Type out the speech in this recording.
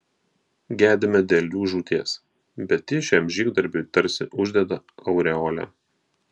gedime dėl jų žūties bet ji šiam žygdarbiui tarsi uždeda aureolę